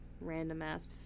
random-ass